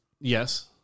Yes